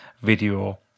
video